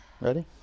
Ready